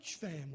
family